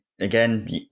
Again